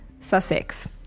sussex